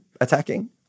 attacking